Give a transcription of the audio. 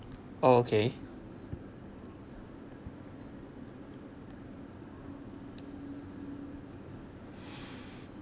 okay